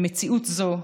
במציאות זו,